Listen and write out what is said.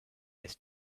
this